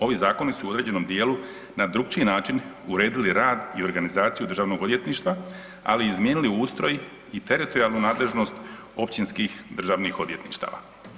Ovi zakoni su u određenom dijelu na drukčiji način uredili rad i organizaciju državnog odvjetništva, ali i izmijenili ustroj i teritorijalnu nadležnost općinskih državnih odvjetništava.